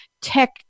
tech